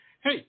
hey